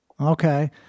Okay